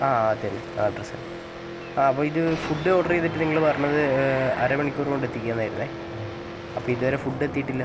ആഹ് ആഹ് അതന്നെ ആ അഡ്രസ് തന്നെ ആ അപ്പോൾ ഇത് ഫുഡ് ഓർഡർ ചെയ്തിട്ട് നിങ്ങൾപറഞ്ഞത് അരമണിക്കൂറുകൊണ്ട് എത്തിക്കാമെന്നായിരുന്നു അപ്പം ഇതുവരെ ഫുഡ് എത്തീട്ടില്ല